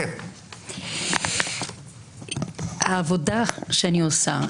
כן, תשע.